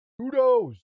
Kudos